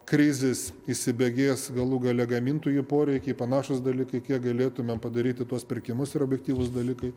krizės įsibėgės galų gale gamintojų poreikiai panašūs dalykai kiek galėtumėm padaryti tuos pirkimus ir objektyvūs dalykai